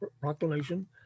proclamation